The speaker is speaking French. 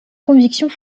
convictions